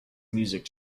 music